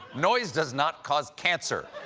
noise does not cause cancer.